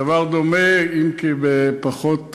דבר דומה, אם כי פחות קריטי,